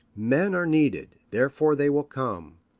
men are needed, therefore they will come.